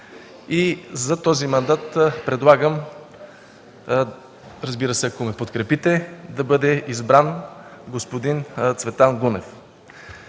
За този мандат предлагам, разбира се, ако ме подкрепите, да бъде избран господин Цветан Гунев.